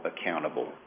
accountable